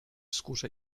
skórze